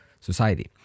society